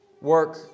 work